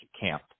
camp